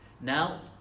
Now